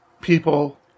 people